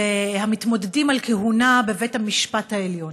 המתמודדים על כהונה בבית המשפט העליון,